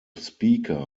speaker